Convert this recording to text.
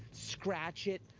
scratch it.